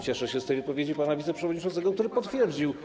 Cieszę się z tej wypowiedzi pana wiceprzewodniczącego, który potwierdził.